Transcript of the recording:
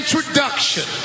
Introduction